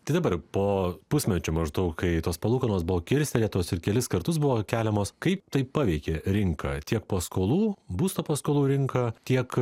tai dabar po pusmečio maždaug kai tos palūkanos buvo kilstelėtos ir kelis kartus buvo keliamos kaip tai paveikė rinką tiek paskolų būsto paskolų rinką tiek